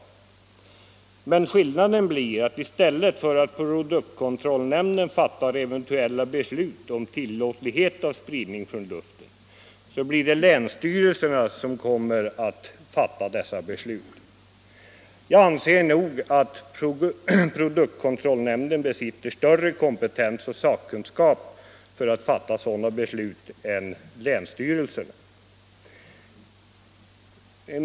Men skillnaden blir, att i stället för att produktkontrollnämnden fattar eventuella beslut om tillåtlighet av spridning från luften, blir det länsstyrelserna som kommer att fatta dessa beslut. Jag anser nog att produktkontrollnämnden besitter större kompetens och sakkunskap för att fatta sådana beslut än länsstyrelserna.